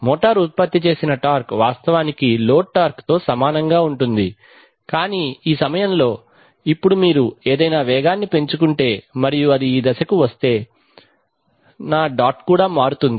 motor ఉత్పత్తి చేసిన torque వాస్తవానికి లోడ్ టార్క్ తో సమానంగా ఉంటుంది కానీ ఈ సమయంలో ఇప్పుడు మీరు ఏదైనా వేగాన్ని పెంచుకుంటే మరియు అది ఈ దశకు వస్తే నా డాట్ కూడా మారుతుంది